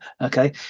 okay